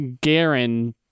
garen